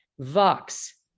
vox